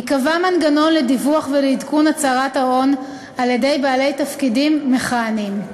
ייקבע מנגנון לדיווח ולעדכון הצהרת ההון על-ידי בעלי תפקידים מכהנים,